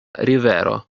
rivero